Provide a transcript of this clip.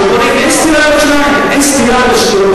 שאומרים שאין סתירה בין השניים.